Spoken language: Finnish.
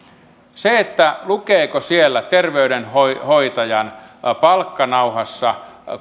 se lukeeko siellä terveydenhoitajan palkkanauhassa